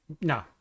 no